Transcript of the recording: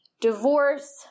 divorce